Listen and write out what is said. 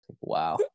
Wow